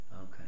Okay